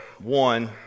one